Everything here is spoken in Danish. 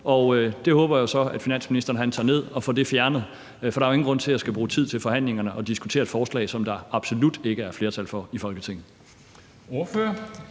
og det håber jeg så finansministeren tager ned og får fjernet, for der er jo ingen grund til at skulle bruge tid til forhandlingerne på at diskutere et forslag, som der absolut ikke er flertal for i Folketinget.